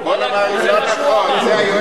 זה מה שהוא אמר.